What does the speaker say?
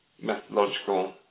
methodological